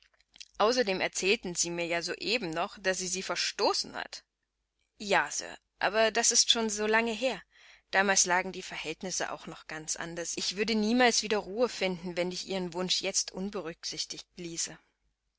außerdem erzählten sie mir ja soeben noch daß sie sie verstoßen hat ja sir aber das ist schon so lange her damals lagen die verhältnisse auch noch ganz anders ich würde niemals wieder ruhe finden wenn ich ihren wunsch jetzt unberücksichtigt ließe